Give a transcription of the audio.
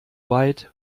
wide